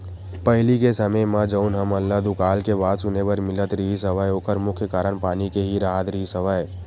पहिली के समे म जउन हमन ल दुकाल के बात सुने बर मिलत रिहिस हवय ओखर मुख्य कारन पानी के ही राहत रिहिस हवय